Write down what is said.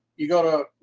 you go to